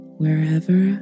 wherever